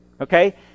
Okay